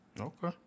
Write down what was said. Okay